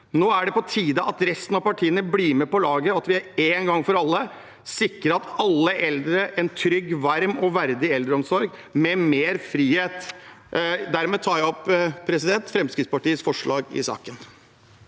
Nå er det på tide at resten av partiene blir med på laget, og at vi en gang for alle sikrer alle eldre en trygg, varm og verdig eldreomsorg med mer frihet. Dermed tar jeg opp Fremskrittspartiets forslag i sakene.